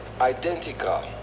identical